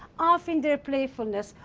off in their playfulness,